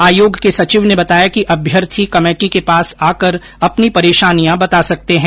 आयोग के सचिव ने बताया कि अभ्यर्थी कमेटी के पास आकर अपनी परेशानियां बता सकते हैं